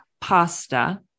pasta